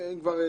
אם כבר דיברנו,